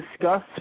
discuss